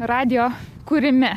radijo kūrime